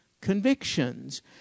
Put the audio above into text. convictions